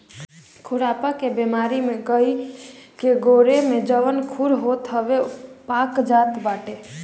खुरपका बेमारी में गाई के गोड़े में जवन खुर होत हवे उ पाक जात बाटे